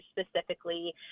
specifically